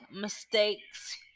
mistakes